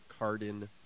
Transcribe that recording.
Cardin